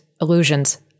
illusions